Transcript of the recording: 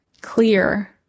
clear